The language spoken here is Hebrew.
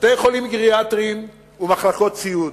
בתי-חולים גריאטריים ומחלקות סיעוד,